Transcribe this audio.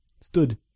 stood